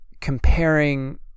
comparing